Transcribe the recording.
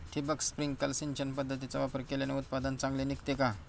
ठिबक, स्प्रिंकल सिंचन पद्धतीचा वापर केल्याने उत्पादन चांगले निघते का?